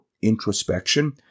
Introspection